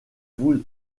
vous